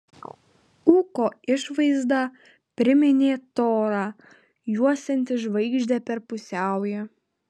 ūko išvaizda priminė torą juosiantį žvaigždę per pusiaują